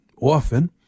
often